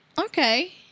Okay